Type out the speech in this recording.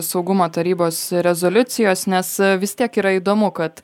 saugumo tarybos rezoliucijos nes vis tiek yra įdomu kad